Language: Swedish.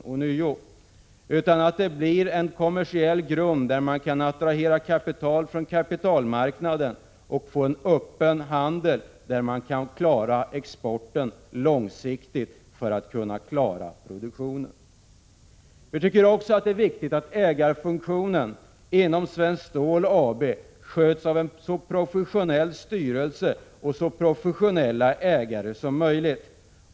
Företaget måste ha en kommersiell grund för att kunna attrahera kapital från kapitalmarknaden och få en öppen handel så att exporten långsiktigt klaras och därmed även produktionen. Vi tycker också att det är viktigt att ägarfunktionen inom Svenskt Stål AB sköts av en så professionell styrelse och så professionella ägare som möjligt.